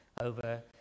over